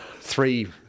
three